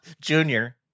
Junior